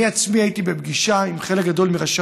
אני עצמי הייתי בפגישה עם חלק גדול מראשי